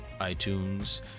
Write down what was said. iTunes